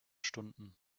stunden